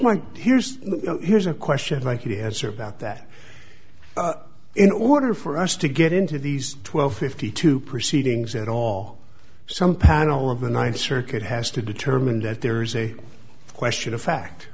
my here's here's a question thank you has her about that in order for us to get into these twelve fifty two proceedings at all some panel of the ninth circuit has to determine that there is a question of fact